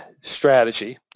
strategy